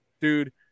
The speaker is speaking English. dude